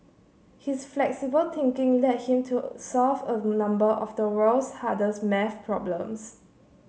his flexible thinking led him to solve a number of the world's hardest math problems